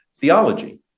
theology